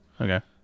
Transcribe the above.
Okay